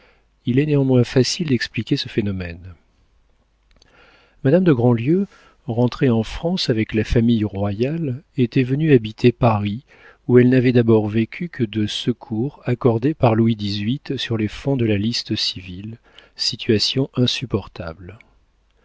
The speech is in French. il est néanmoins facile d'expliquer ce phénomène madame de grandlieu rentrée en france avec la famille royale était venue habiter paris où elle n'avait d'abord vécu que de secours accordés par louis xviii sur les fonds de la liste civile situation insupportable